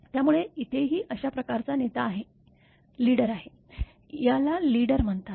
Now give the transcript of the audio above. त्यामुळे इथेही अशा प्रकारचा नेता आहे याला लीडर म्हणतात